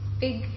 big